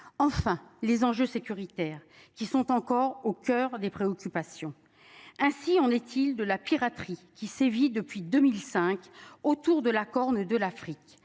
Enfin les enjeux sécuritaires qui sont encore au coeur des préoccupations. Ainsi en est-il de la piraterie qui sévit depuis 2005 autour de la Corne de l'Afrique.